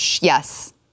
yes